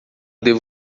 devo